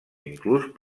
inclús